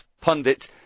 Pundits